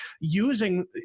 using